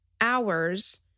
hours